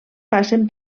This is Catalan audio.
passen